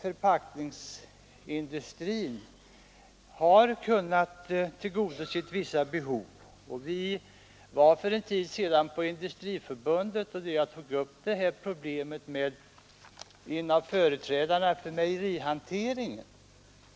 Förpackningsindustrin har kunnat tillgodose vissa behov. För en tid sedan var vi hos Industriförbundet, där jag tog upp detta problem med en av företrädarna för mejerihanteringen.